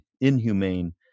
inhumane